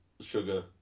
sugar